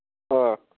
ꯑꯥ